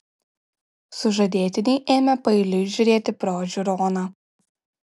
sužadėtiniai ėmė paeiliui žiūrėti pro žiūroną